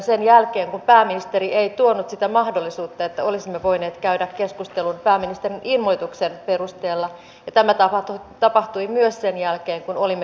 sen jälkeen kun pääministeri ei tuonut sitä takia tässä yhteydessä pitää kiinnittää ensisijaisesti huomiota meidän oman huoltovarmuutemme kannalta keskeisiin toimijoihin patriaan nammoon ja niin edelleen